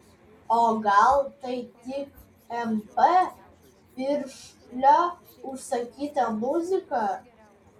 o gal tai tik mp piršlio užsakyta muzika